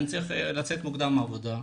אני צריך לצאת מוקדם מהעבודה,